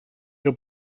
que